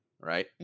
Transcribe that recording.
right